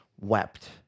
wept